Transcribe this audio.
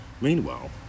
meanwhile